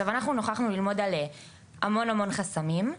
אנחנו נוכחנו ללמוד על המון חסמים,